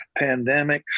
pandemics